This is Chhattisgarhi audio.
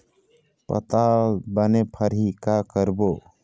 पताल बने फरही का करबो?